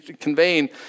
conveying